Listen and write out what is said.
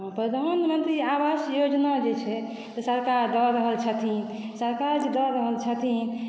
हँ प्रधानमंत्री आवास योजना जे छै सरकार दऽ रहल छथिन सरकार जे दऽ रहल छथिन